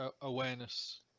awareness